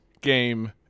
game